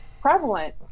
prevalent